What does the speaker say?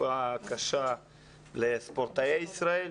תקופה קשה לספורטאי ישראל.